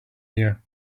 year